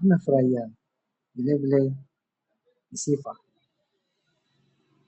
amefurahia vile vile ni sifa.